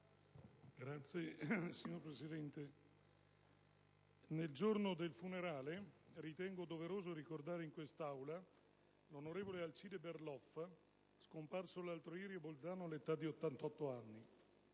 Signora Presidente, nel giorno del funerale ritengo doveroso ricordare in quest'Aula l'onorevole Alcide Berloffa, scomparso l'altro ieri a Bolzano all'età di 88 anni.